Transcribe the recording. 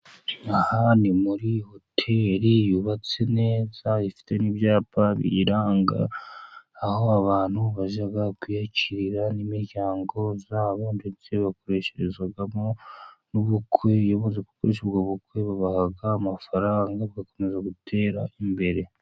Aha ni muri hoteli yubatse neza ifite n'ibyapa biyiranga aho abantu bajya kwiyakirira n'imiryango yabo, ndetse bakoresherezamo n'ubukwe, iyo baje gukoresha ubwo bukwe babaha amafaranga bagakomeza gutera imbere.